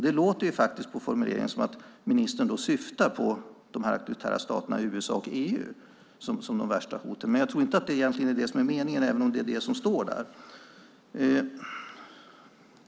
Det låter faktiskt på formuleringen som att ministern syftar på de auktoritära staterna USA och EU som de värsta hoten, men jag tror egentligen inte att det är det som är meningen, även om det är det som står där.